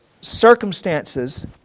circumstances